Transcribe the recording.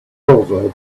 proverb